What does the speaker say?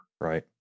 right